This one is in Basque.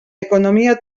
ekonomia